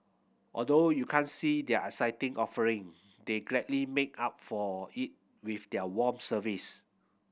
although you can't see their exciting offering they gladly make up for it with their warm service